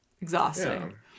exhausting